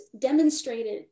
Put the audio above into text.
demonstrated